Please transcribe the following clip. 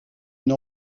une